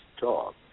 dog